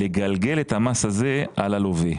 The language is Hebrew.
לגלגל את המס הזה על הלווה.